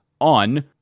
on